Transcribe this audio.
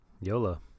Yola